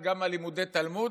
גם הוא בעד לימודי תלמוד,